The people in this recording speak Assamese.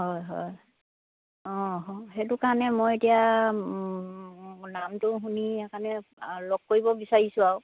হয় হয় অঁ সেইটো কাৰণে মই এতিয়া নামটো শুনি সেই কাৰণে লগ কৰিব বিচাৰিছোঁ আৰু